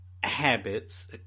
habits